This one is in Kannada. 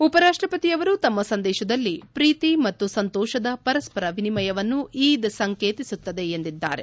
ಉಪರಾಷ್ಷಪತಿಯವರು ತಮ್ಮ ಸಂದೇಶದಲ್ಲಿ ಪ್ರೀತಿ ಮತ್ತು ಸಂತೋಷದ ಪರಸ್ಪರ ವಿನಿಮಯವನ್ನು ಈದ್ ಸಂಕೇತಿಸುತ್ತದೆ ಎಂದಿದ್ದಾರೆ